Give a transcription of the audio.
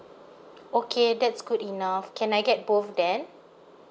okay that's good enough can I get both then